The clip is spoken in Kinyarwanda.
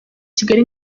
kigali